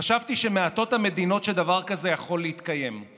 חשבתי שמעטות המדינות שדבר כזה יכול להתקיים בהן.